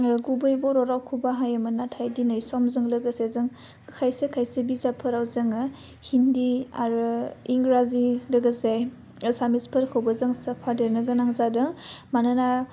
ओह गुबै बर' रावखौ बाहायोमोन नाथाय दिनै समजों लोगोसे जों खायसे खायसे बिजाबफोराव जोङो हिन्दी आरो इंराजि लोगोसे एसामिसफोरखौबो जों सोफादेरनो गोनां जादों मानोना